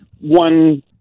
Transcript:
one